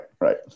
right